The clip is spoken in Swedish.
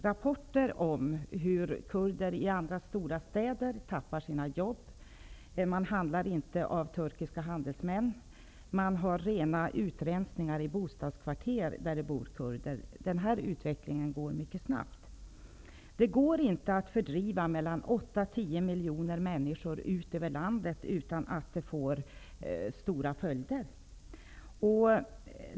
Rapporter finns om hur kurder i stora städer mister sina jobb, man handlar inte av turkiska handelsmän och det förekommer rena utrensningar i bostadskvarter där det bor kurder. Den här utvecklingen går mycket snabbt. Det går inte att fördriva 8--10 miljoner människor ut över landet utan att det får stora följder.